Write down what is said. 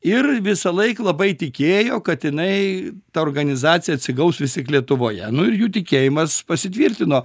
ir visąlaik labai tikėjo kad jinai ta organizacija atsigaus vis tik lietuvoje nu ir jų tikėjimas pasitvirtino